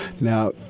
Now